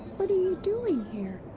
what are you doing here?